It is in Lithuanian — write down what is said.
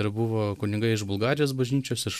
ir buvo kunigai iš bulgarijos bažnyčios iš